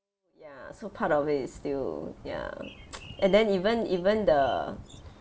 ya so part of it is still ya and then even even the